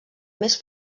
més